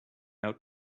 out